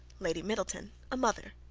lady middleton a mother.